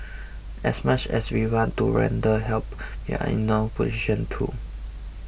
as much as we want to render help we are in no position to